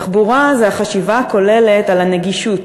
תחבורה זה החשיבה הכוללת על הנגישות.